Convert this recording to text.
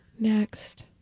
Next